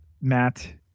Matt